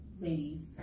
ladies